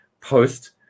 post